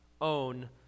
own